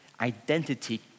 identity